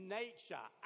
nature